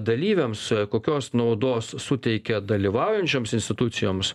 dalyviams kokios naudos suteikia dalyvaujančioms institucijoms